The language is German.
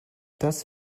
das